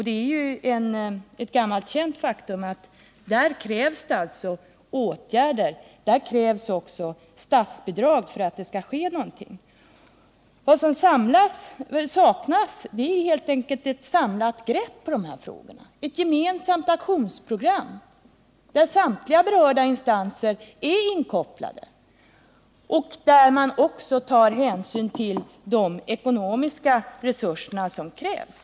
Det är ett gammalt känt faktum att det i sådana här fall krävs åtgärder i form av statsbidrag för att det skall ske någonting. Vad som saknas är helt enkelt ett samlat grepp på de här frågorna, ett gemensamt aktionsprogram, där samtliga berörda instanser är inkopplade och där man också tar hänsyn till de ekonomiska resurser som krävs.